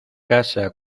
casa